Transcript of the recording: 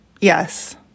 Yes